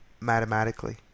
mathematically